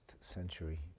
century